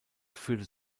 führte